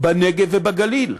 בנגב ובגליל,